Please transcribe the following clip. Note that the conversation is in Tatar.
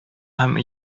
һәм